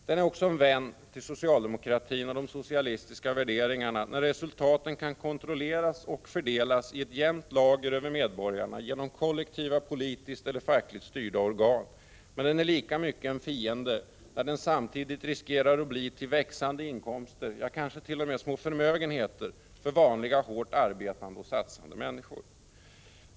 Den är en vän till socialdemokratin och de socialistiska värderingarna också när resultaten kan kontrolleras och fördelas i ett jämnt lager över medborgarna genom kollektiva, politiskt eller fackligt styrda organ, men den är lika mycket en fiende när den samtidigt riskerar att bli till växande inkomster, ja kanske t.o.m. små förmögenheter, för vanliga hårt arbetande och satsande människor.